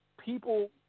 people –